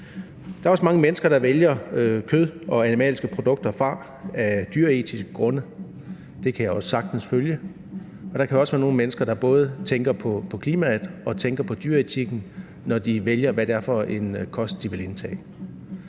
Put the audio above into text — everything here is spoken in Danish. Der er også mange mennesker, der vælger kød og animalske produkter fra af dyreetiske grunde. Det kan jeg også sagtens følge. Og der kan også være nogle mennesker, der både tænker på klimaet og tænker på dyreetikken, når de vælger, hvilken kost de vil indtage.